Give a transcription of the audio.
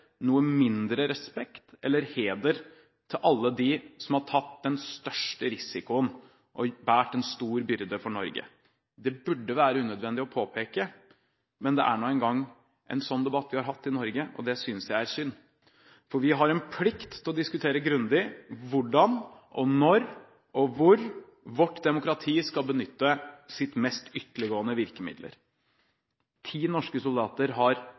noe mindre respekt eller heder til alle dem som har tatt den største risikoen og båret en stor byrde for Norge. Det burde være unødvendig å påpeke, men det er nå engang en sånn debatt vi har hatt i Norge. Det synes jeg er synd, for vi har en plikt til å diskutere grundig hvordan, når og hvor vårt demokrati skal benytte sine mest ytterliggående virkemidler. Ti norske soldater har